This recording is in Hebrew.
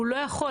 הוא לא יכול.